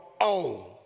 own